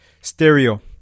stereo